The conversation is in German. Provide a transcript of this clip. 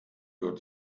wird